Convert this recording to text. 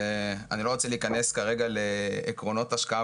אני לא רוצה להיכנס כרגע לעקרונות השקעה